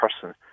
person